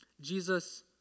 Jesus